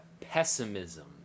pessimism